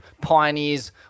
pioneers